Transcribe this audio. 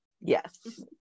yes